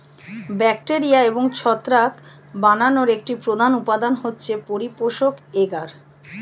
bacteria এবং ছত্রাক বানানোর একটি প্রধান উপাদান হচ্ছে পরিপোষক এগার